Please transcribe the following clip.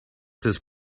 this